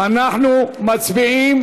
אנחנו מצביעים